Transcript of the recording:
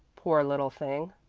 poor little thing!